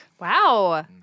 Wow